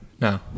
no